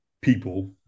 people